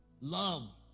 Love